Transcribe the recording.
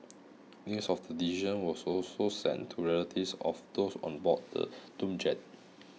news of the decision was also sent to relatives of those on board the doomed jet